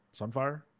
sunfire